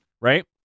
Right